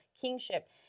kingship